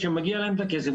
שמגיע להם את הכסף,